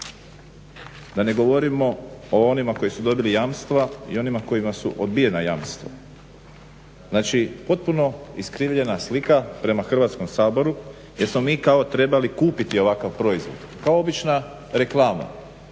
Da ne govorimo o onima koji su dobili jamstva i onima kojima su odbijena jamstva. Znači, potpuno iskrivljena slika prema Hrvatskom saboru jer smo mi kao trebali kupiti ovakav proizvod kao obična reklama.